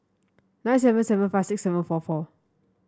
nine seven seven five six seven four four